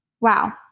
Wow